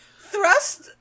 Thrust